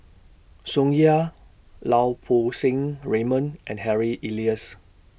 Tsung Yeh Lau Poo Seng Raymond and Harry Elias